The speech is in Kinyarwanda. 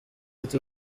ati